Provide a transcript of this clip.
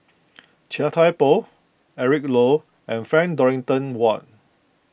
Chia Thye Poh Eric Low and Frank Dorrington Ward